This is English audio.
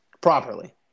properly